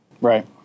Right